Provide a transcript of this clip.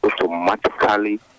automatically